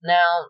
Now